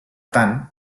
tant